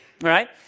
right